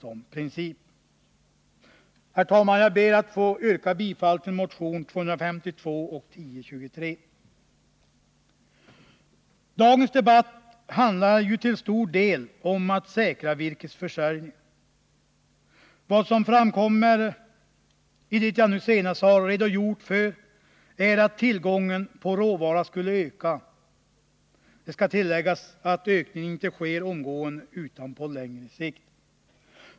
Herr talman! Jag ber att få yrka bifall till motion 252 samt till yrkande I i motion 1023. Dagens debatt handlar ju till stor del om att säkra virkesförsörjningen. Vad som har framkommit av min senaste redogörelse är att tillgången på råvara skulle öka. Det bör tilläggas att ökningen inte kan ske omedelbart utan på längre sikt.